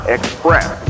Express